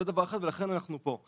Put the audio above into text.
זה דבר אחד ולכן אנחנו פה.